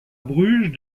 bruges